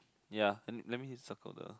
ya let let me circle the